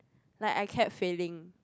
like I kept failing